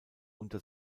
unter